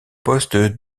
poste